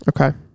Okay